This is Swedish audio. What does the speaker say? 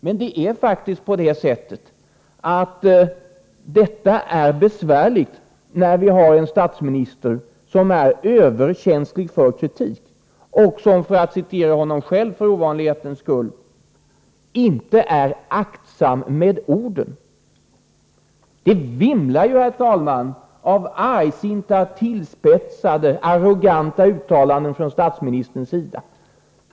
Men det är faktiskt så att detta är besvärligt, när vi har en statsminister som är överkänslig för kritik och som, för att citera honom själv för ovanlighetens skull, inte är ”aktsam med orden”. Det vimlar ju, herr talman, av argsinta, tillspetsade, arroganta uttalanden från statsministerns sida.